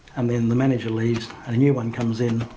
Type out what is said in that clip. and then the manager leaves, and a new one comes in,